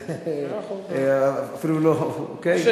זה אפילו לא, מאה אחוז.